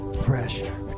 Pressure